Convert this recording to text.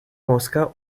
moskau